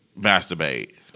masturbate